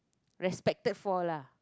respected for lah